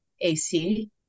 AC